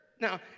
Now